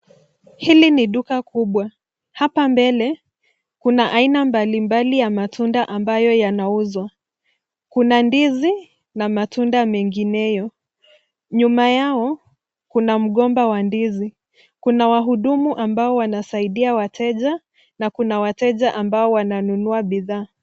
Hili ni duka kubwa. Hapa mbele kuna aina mbali mbali ya matunda ambayo yanauzwa. Kuna ndizi n a matunda mengineyo. Nyuma yao kuna mgomba wa ndizi. Kuna wahudumu ambao wanawasaidia wateja na kuna wateja ambao wananunua bidhaa.